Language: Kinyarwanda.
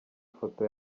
foto